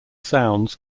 sounds